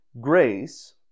grace